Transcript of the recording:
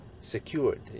secured